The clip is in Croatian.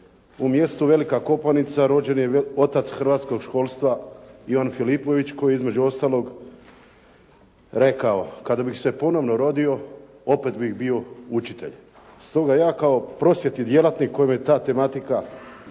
u mjestu Velika Kopanica rođen je otac hrvatskog školstva Ivan Filipović koji je između ostalog rekao: "Kada bih se ponovno rodio opet bih bio učitelj.". Stoga ja kao prosvjetni djelatnik kome je ta tematika